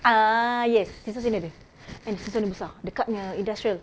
err yes itu sini ada and itu sini besar dekat punya industrial